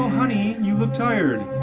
honey, you look tired